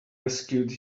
rescued